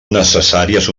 necessàries